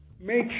make